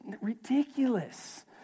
ridiculous